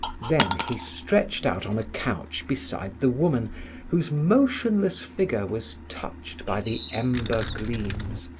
then he stretched out on a couch beside the woman whose motionless figure was touched by the ember gleams,